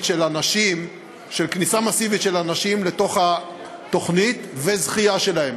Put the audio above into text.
של אנשים לתוך התוכנית וזכייה שלהם.